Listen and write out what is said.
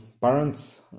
parents